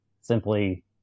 simply